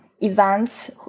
events